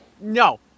no